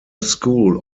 school